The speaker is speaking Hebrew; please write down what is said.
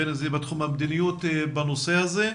בין אם זה בתחום המדיניות בנושא הזה,